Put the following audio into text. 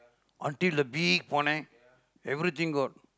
until the big paanai everything got